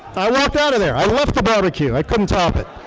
i walked out of there. i left the barbecue. i couldn't stop it.